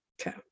Okay